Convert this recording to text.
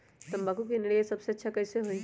तम्बाकू के निरैया सबसे अच्छा कई से होई?